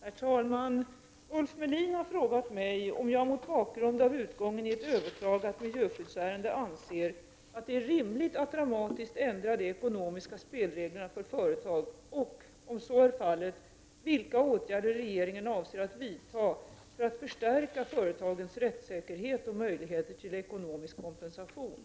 Herr talman! Ulf Melin har frågat mig om jag mot bakgrund av utgången i ett överklagat miljöskyddsärende anser att det är rimligt att dramatiskt ändra de ekonomiska spelreglerna för företag och, om så är fallet, vilka åtgärder regeringen avser att vidta för att förstärka företagens rättssäkerhet och möjligheter till ekonomisk kompensation.